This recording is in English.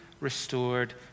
restored